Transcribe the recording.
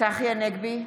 צחי הנגבי,